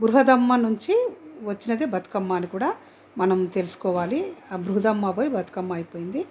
బృహదమ్మ నుంచి వచ్చినది బతుకమ్మని కూడా మనం తెలుసుకోవాలి ఆ బృహదమ్మ పోయి బతుకమ్మ అయిపోయింది